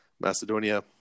Macedonia